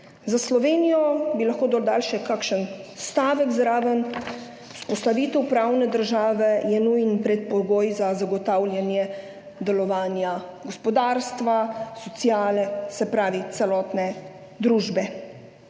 Za Slovenijo bi lahko dodali še kakšen stavek zraven: vzpostavitev pravne države je nujen predpogoj za zagotavljanje delovanja gospodarstva, sociale, se pravi celotne družbe.